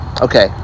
Okay